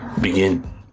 begin